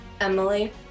Emily